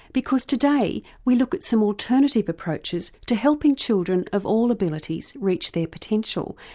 because today we look at some alternative approaches to helping children of all abilities reach their potential,